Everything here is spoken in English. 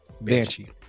Banshee